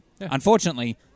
unfortunately